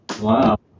Wow